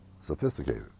sophisticated